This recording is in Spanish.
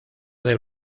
del